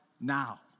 now